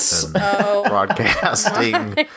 broadcasting